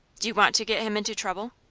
do you want to get him into trouble?